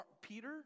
Peter